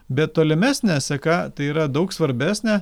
bet tolimesnė seka tai yra daug svarbesnė